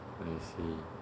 I see